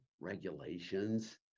regulations